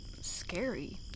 scary